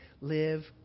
live